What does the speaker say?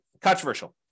controversial